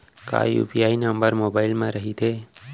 का UPI number mobile म रहिथे?